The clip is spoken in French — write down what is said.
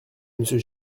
monsieur